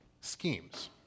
schemes